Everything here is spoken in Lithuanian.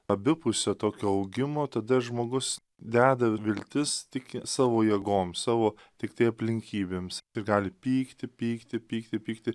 abipusio tokio augimo tada žmogus deda viltis tiki savo jėgom savo tiktai aplinkybėms ir gali pykti pykti pykti pykti